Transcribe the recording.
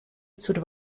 zur